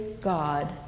God